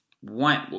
white